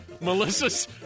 Melissa's